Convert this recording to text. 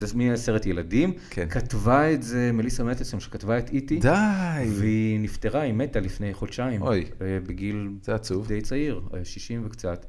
זה מסרט ילדים, כתבה את זה מליסה מטסון, שכתבה את אי.טי. די! והיא נפטרה, היא מתה לפני חודשיים אוי בגיל זה עצוב די צעיר, 60 וקצת.